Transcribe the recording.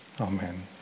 Amen